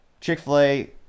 Chick-fil-A